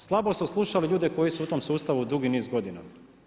Slabo ste slušali ljude koji su u tom sustavu dugi niz godinu.